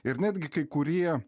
ir netgi kai kurie